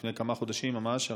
לפני כמה חודשים ממש,